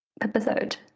episode